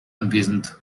anwesend